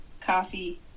coffee